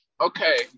Okay